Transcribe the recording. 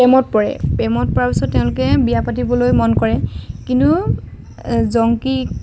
প্ৰেমত পৰে প্ৰেমত পৰাৰ পিছত বিয়া পাতিবলৈ মন কৰে কিন্তু জংকী